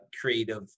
creative